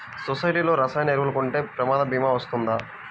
సొసైటీలో రసాయన ఎరువులు కొంటే ప్రమాద భీమా వస్తుందా?